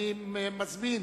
אני מזמין,